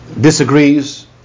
disagrees